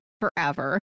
forever